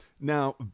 Now